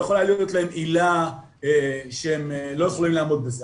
יכולה להיות להן עילה שהן לא יכולות לעמוד בזה.